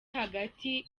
hagati